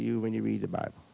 you when you read the bible